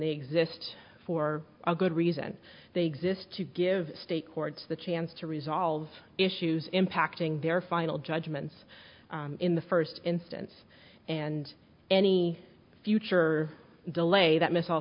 they exist for a good reason they exist to give state courts the chance to resolve issues impacting their final judgments in the first instance and any a future delay that missile